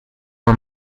are